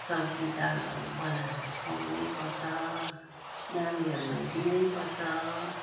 सब्जी दालहरू बनाएर खुवाउनैपर्छ नानीहरूलाई दिनैपर्छ